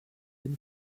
him